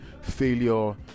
failure